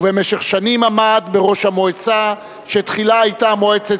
ובמשך שנים עמד בראש המועצה שתחילה היתה מועצת